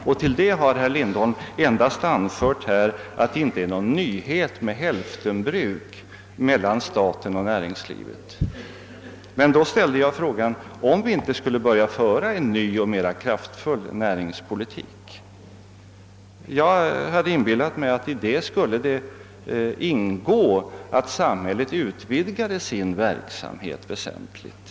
Herr Lindholm har endast anfört att det inte är någon nyhet med hälftenbruk mellan staten och näringslivet. Med anledning därav ställde jag frågan om vi inte skulle börja föra en ny och mera kraftfull näringspolitik. Jag hade inbillat mig att däri skulle ingå att samhället utvidgade sin verksamhet väsentligt.